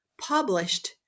published